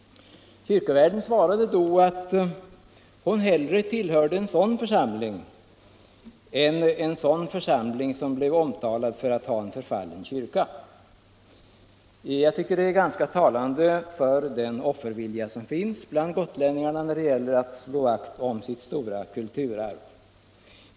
Kyrkvärden svarade då att hon hellre tillhörde en sådan församling än en församling som blev omtalad för att den hade en förfallen kyrka. Jag tycker att detta är ganska talande för den offervilja som finns bland gotlänningarna när det gäller att slå vakt om sitt stora kulturarv.